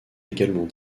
également